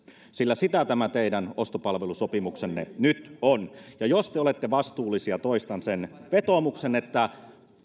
sillä sitä tämä teidän ostopalvelusopimuksenne nyt on ja jos te olette vastuullisia toistan tämän vetoomuksen niin